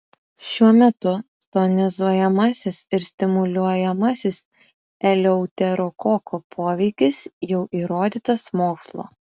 šiuo metu tonizuojamasis ir stimuliuojamasis eleuterokoko poveikis jau įrodytas mokslo